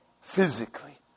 physically